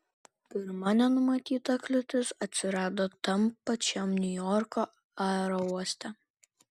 pirma nenumatyta kliūtis atsirado tam pačiam niujorko aerouoste